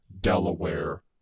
Delaware